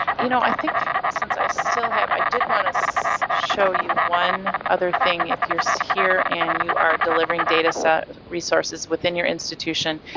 you know, i think since i still have. i did want to so show you one other thing if you're so here and you are delivering data set resources within your institution,